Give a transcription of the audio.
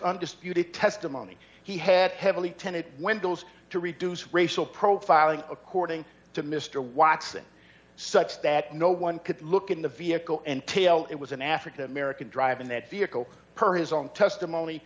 undisputed testimony he had heavily tenet windows to reduce racial profiling according to mr watson such that no one could look in the vehicle and tail it was an african american driving that vehicle per his own testimony